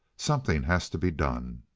something has to be done!